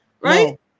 right